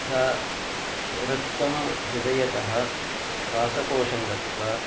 यथा रक्तं हृदयतः श्वासकोशं गत्वा